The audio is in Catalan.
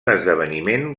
esdeveniment